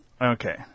Okay